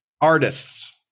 artists